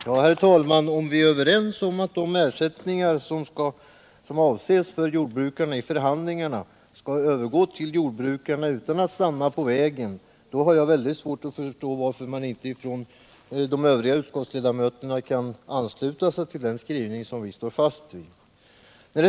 Herr talman! Är vi överens om att de ersättningar som avses för jordbrukarna i förhandlingarna skall övergå till jordbrukarna utan att stanna på vägen, då har jag väldigt svårt att förstå varför inte de övriga utskottsledamöterna kan ansluta sig till den skrivning som vi står fast vid.